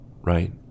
right